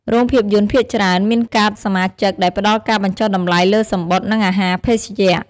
រោងភាពយន្តភាគច្រើនមានកាតសមាជិកដែលផ្តល់ការបញ្ចុះតម្លៃលើសំបុត្រ និងអាហារភេសជ្ជៈ។